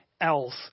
else